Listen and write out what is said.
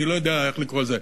אני לא יודע איך לקרוא לזה.